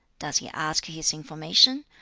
does he ask his information?